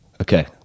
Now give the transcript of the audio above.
Okay